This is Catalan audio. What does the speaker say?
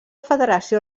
federació